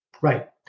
Right